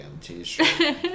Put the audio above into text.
t-shirt